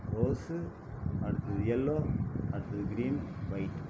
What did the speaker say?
rose அடுத்தது yellow அடுத்தது green white